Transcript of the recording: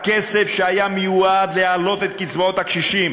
הכסף שהיה מיועד להעלות את קצבאות הקשישים